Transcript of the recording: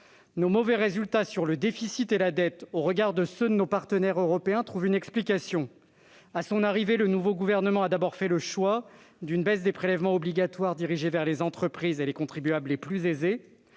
Nos mauvais résultats sur le déficit et la dette au regard de ceux de nos partenaires européens trouvent une explication. À son arrivée, le nouveau Gouvernement a d'abord fait le choix d'une baisse des prélèvements obligatoires dirigée vers les entreprises et les contribuables les plus aisés.